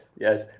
yes